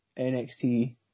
NXT